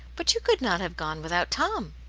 but you could not have gone without tom.